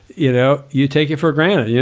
you know, you take it for granted. yeah